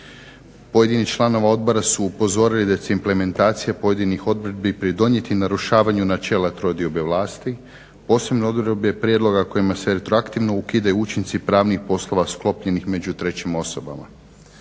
Pojedini članovi odbora su upozorili da će implementacija pojedinih odredbi pridonijeti narušavanju načela trodiobe vlasti, posebno odredbe prijedloga kojima se retroaktivno ukidaju učinci pravnih poslova sklopljenih među trećim osobama.